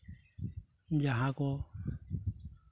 ᱡᱟᱦᱟᱸ ᱠᱚ